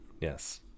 Yes